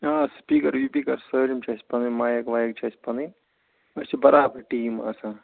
آ سُپیٖکَر وُِپیٖکَر سٲلِم چھِ اَسہِ پَنٕنۍ مایَک وایَک چھِ اَسہِ پَنٕنۍ أسۍ چھِ برابَر ٹیٖم آسان